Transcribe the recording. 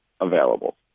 available